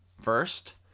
First